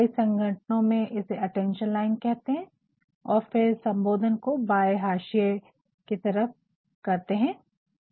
कई संगठनों में इसे अटेंशन लाइन कहते है और फिर सम्बोधन को बाये हाशिये की तरफ करते है